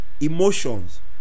emotions